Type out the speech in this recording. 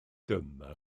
dyma